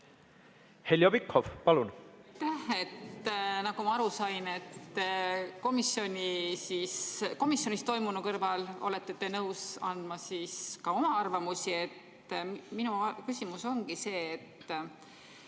Heljo Pikhof, palun!